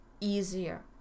easier